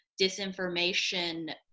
disinformation